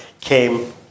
came